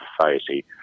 society